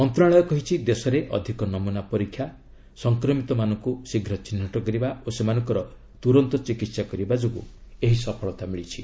ମନ୍ତ୍ରଣାଳୟ କହିଛି ଦେଶରେ ଅଧିକ ନମ୍ରନା ପରୀକ୍ଷା ସଂକ୍ରମିତମାନଙ୍କ ଶୀଘ୍ର ଚିହ୍ରଟ କରିବା ଓ ସେମାନଙ୍କର ତୁରନ୍ତ ଚିକିହା କରିବା ଯୋଗୁଁ ଏହି ସଫଳତା ମିଳିଛି